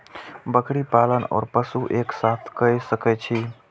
बकरी पालन ओर पशु एक साथ कई सके छी?